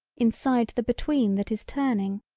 inside the between that is turning,